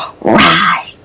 right